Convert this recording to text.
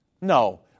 No